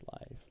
life